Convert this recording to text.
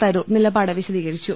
തരൂർ നിലപാട് വിശദീകരിച്ചു